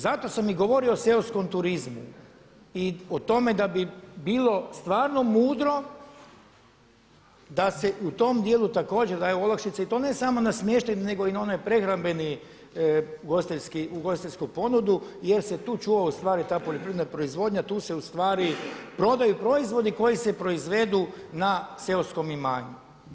Zato sam i govorio o seoskom turizmu i o tome da bi bilo stvarno mudro da se u tom dijelu također daje olakšica i to ne samo na smještajni, nego i na onaj prehrambeni ugostiteljski, ugostiteljsku ponudu jer se tu čuva u stvari ta poljoprivredna proizvodnja, tu se u stvari prodaju proizvodi koji se proizvedu na seoskom imanju.